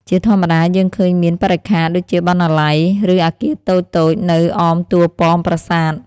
ជាធម្មតាយើងឃើញមានបរិក្ខារ ដូចជាបណ្ណាល័យ ឬអគារតូចៗនៅអមតួប៉មប្រាសាទ។